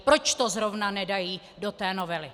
Proč to zrovna nedají do té novely?